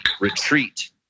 retreat